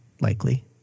Likely